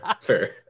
fair